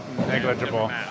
Negligible